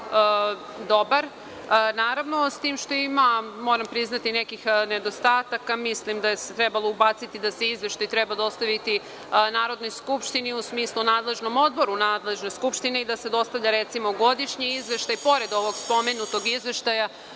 dobar, s tim što ima, moram priznati, nekih nedostataka. Mislim da je trebalo da se ubaci da se izveštaj dostavi Narodnoj skupštini u smislu nadležnog odbora Narodne skupštine, da se dostavlja recimo godišnji izveštaj pored ovog spomenutog izveštaja